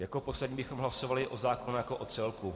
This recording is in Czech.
Jako poslední bychom hlasovali o zákonu jako o celku.